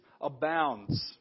abounds